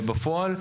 בפועל,